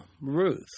Ruth